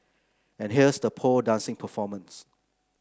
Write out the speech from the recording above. and here's the pole dancing performance